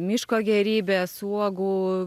miško gėrybės uogų